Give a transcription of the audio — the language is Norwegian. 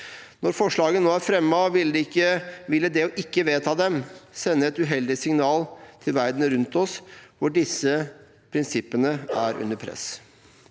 Når forslagene nå er fremmet, ville det å ikke vedta dem sende et uheldig signal til verden rundt oss hvor disse prinsippene er under press.